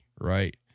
right